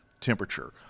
temperature